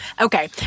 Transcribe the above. Okay